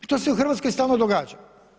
To se u Hrvatskoj stalno događa.